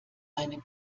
einen